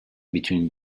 between